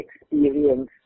experience